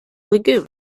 lagoon